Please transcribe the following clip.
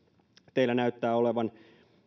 teillä näyttää olevan